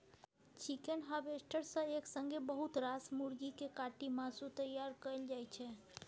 chicken harvester सँ एक संगे बहुत रास मुरगी केँ काटि मासु तैयार कएल जाइ छै